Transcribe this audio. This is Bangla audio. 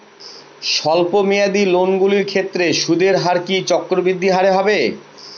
স্বল্প মেয়াদী লোনগুলির ক্ষেত্রে সুদের হার কি চক্রবৃদ্ধি হারে হবে?